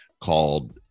called